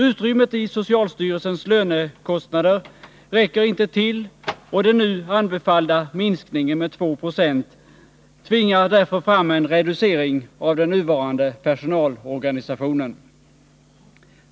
Utrymmet i socialstyrelsens lönekostnader räcker inte till, och den nu anbefallda minskningen med 2 I tvingar därför fram en reducering av den nuvarande personalorganisationen.